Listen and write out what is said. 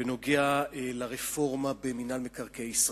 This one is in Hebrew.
בנוגע לרפורמה במינהל מקרקעי ישראל.